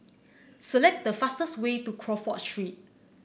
select the fastest way to Crawford Street